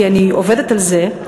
כי אני עובדת על זה,